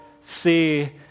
see